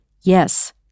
Yes